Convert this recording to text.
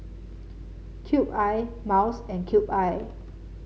Cube I Miles and Cube I